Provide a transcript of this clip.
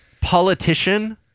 politician